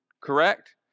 correct